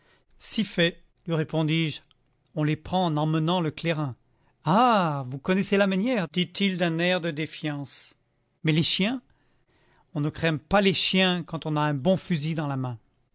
si fait lui répondis-je on les prend en emmenant le clairin ah vous connaissez la manière dit-il d'un air de défiance mais les chiens on ne craint pas les chiens quand on a un bon fusil dans la main